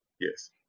yes